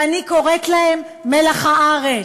ואני קוראת להם מלח הארץ,